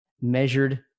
measured